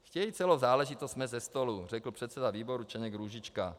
Chtějí celou záležitost smést ze stolu, řekl předseda výboru Čeněk Růžička.